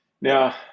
Now